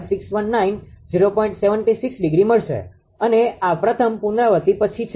76° મળશે અને આ પ્રથમ પુનરાવૃત્તિ પછી છે